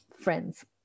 friends